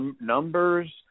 numbers